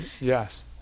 Yes